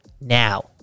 now